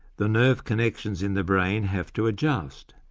the nerve connections in the brain have to adjust.